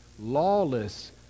lawless